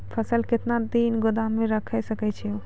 फसल केतना दिन गोदाम मे राखै सकै छौ?